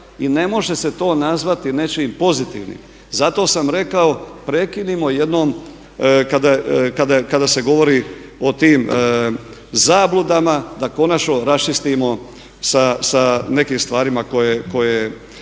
i ne može se to nazvati nečiji pozitivni. Zato sam rekao prekinimo jednom kada se govori o tim zabludama, da konačno raščistimo sa nekim stvarima koje